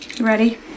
Ready